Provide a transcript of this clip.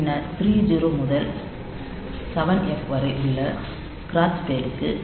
பின்னர் 30 முதல் 7F வரை உள்ளது ஸ்க்ராட்ஸ் பேட் க்கு